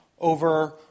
over